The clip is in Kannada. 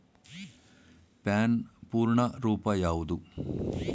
ಪ್ಯಾನ್ ಪೂರ್ಣ ರೂಪ ಯಾವುದು?